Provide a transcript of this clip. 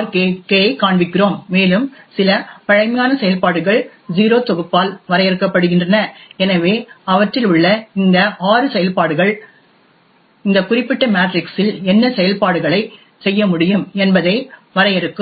RK ஐக் காண்பிக்கிறோம் மேலும் சில பழமையான செயல்பாடுகள் O தொகுப்பால் வரையறுக்கப்படுகின்றன எனவே அவற்றில் உள்ள இந்த ஆறு செயல்பாடுகள் இந்த குறிப்பிட்ட மேட்ரிக்ஸில் என்ன செயல்பாடுகளைச் செய்ய முடியும் என்பதை வரையறுக்கும்